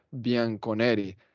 Bianconeri